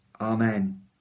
Amen